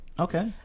Okay